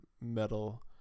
metal